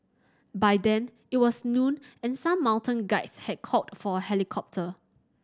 by then it was noon and some mountain guides had called for a helicopter